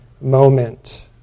moment